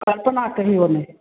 कल्पना कहियै नहि